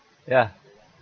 ya